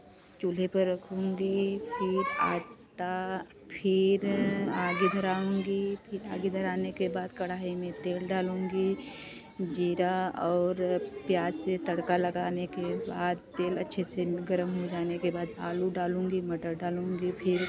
चूल्हे पर रखूँगी फिर आटा फिर आगे धराऊँगी फिर आगे इधर आने के बाद कढ़ाई है में तेल डालूँगी जीरा और प्याज़ से तड़का लगाने के बाद तेल अच्छे से गर्म हो जाने के बाद आलू डालूँगी मटर डालूँगी फिर